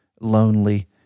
lonely